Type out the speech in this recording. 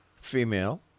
female